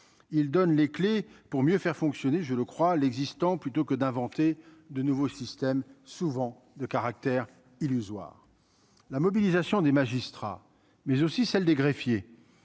il donne les clefs pour mieux faire fonctionner, je le crois l'existant plutôt que d'inventer de nouveaux systèmes souvent de caractère illusoire la mobilisation des magistrats, mais aussi celle des greffiers